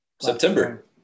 September